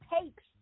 takes